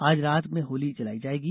आज रात में होली जलाई जायेगी